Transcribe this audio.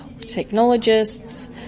technologists